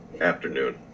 Afternoon